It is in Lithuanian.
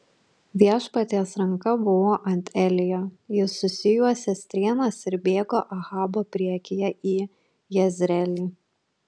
viešpaties ranka buvo ant elijo jis susijuosė strėnas ir bėgo ahabo priekyje į jezreelį